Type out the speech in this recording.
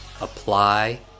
apply